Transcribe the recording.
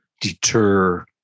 deter